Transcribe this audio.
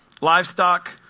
livestock